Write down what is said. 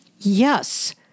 Yes